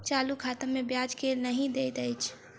चालू खाता मे ब्याज केल नहि दैत अछि